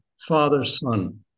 father-son